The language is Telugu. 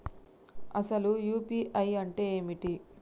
అసలు యూ.పీ.ఐ అంటే ఏమిటి?